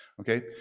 Okay